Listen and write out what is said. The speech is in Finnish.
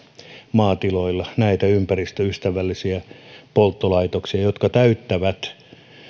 maatiloilla näitä ympäristöystävällisiä polttolaitoksia jotka täyttävät